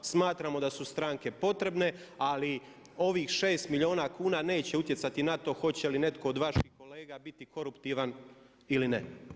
Smatramo da su stranke potrebne, ali ovih šest milijuna kuna neće utjecati na to hoće li netko od vaših kolega biti koruptivan ili ne.